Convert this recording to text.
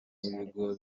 ibigo